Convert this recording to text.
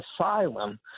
asylum